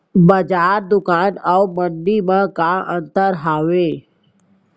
बजार, दुकान अऊ मंडी मा का अंतर हावे?